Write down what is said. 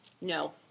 No